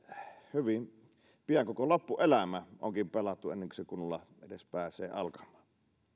hyvin pian koko loppuelämä onkin pelattu ennen kuin se edes kunnolla pääsee alkamaan